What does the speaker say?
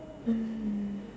mm